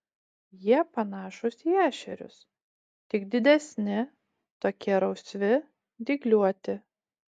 jie panašūs į ešerius tik didesni tokie rausvi dygliuoti